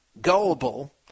gullible